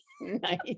Nice